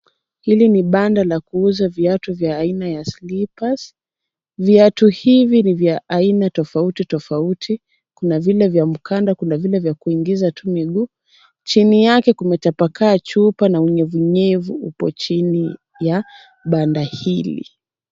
Hili ni banda la kuuza viatu vya aina ya slippers , viatu hivi ni vya aina tofauti tofauti. Kuna vile vya mkanda, kuna vile vya kuingiza tu miguu. Chini yake kumetapakaa chupa na unyevunyevu upo chini ya banda hili.